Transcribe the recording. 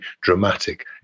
dramatic